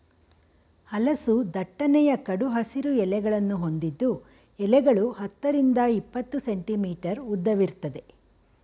ಹಲಸು ದಟ್ಟನೆಯ ಕಡು ಹಸಿರು ಎಲೆಗಳನ್ನು ಹೊಂದಿದ್ದು ಎಲೆಗಳು ಹತ್ತರಿಂದ ಇಪ್ಪತ್ತು ಸೆಂಟಿಮೀಟರ್ ಉದ್ದವಿರ್ತದೆ